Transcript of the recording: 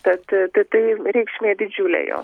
tad tad tai reikšmė didžiulė jo